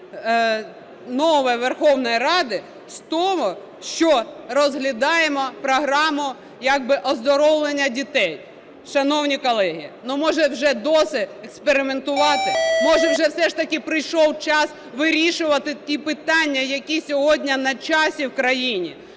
нове Верховної Ради з того, що розглядаємо програму як би оздоровлення дітей. Шановні колеги, ну, може вже досить експериментувати? Може вже все ж таки прийшов час вирішувати ті питання, які сьогодні на часі в країні?